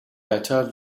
better